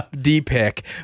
D-pick